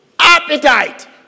appetite